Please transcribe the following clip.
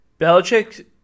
Belichick